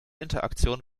interaktion